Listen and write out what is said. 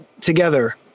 together